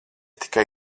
tikai